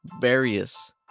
various